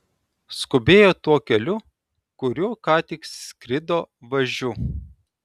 skubėjo tuo keliu kuriuo ką tik skrido važiu